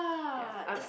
ya I'm